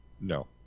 No